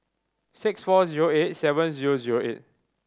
six four zero eight seven zero zero eight